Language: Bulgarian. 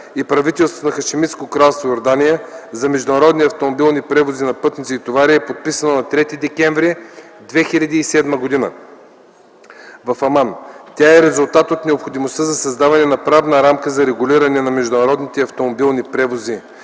и правителството на Хашемитско кралство Йордания за международни автомобилни превози на пътници и товари е подписана на 3.12.2007 г. в Аман. Тя е резултат от необходимостта за създаване на правна рамка за регулиране на международните автомобилни превози